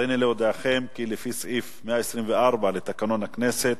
הריני להודיעכם כי לפי סעיף 124 לתקנון הכנסת